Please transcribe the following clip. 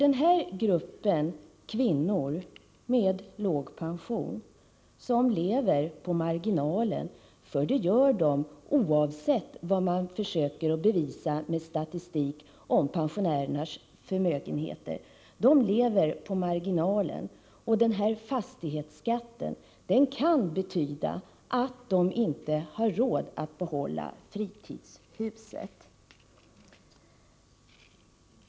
Denna grupp kvinnor med låg pension lever på marginalen — för det gör de, oavsett vad man försöker bevisa med statistik om pensionärernas förmögenheter. De lever som sagt på marginalen. Den här fastighetsskatten kan betyda att de inte har råd att behålla fritidshuset.